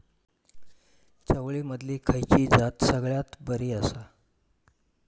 चवळीमधली खयली जात सगळ्यात बरी आसा?